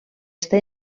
està